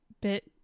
Bit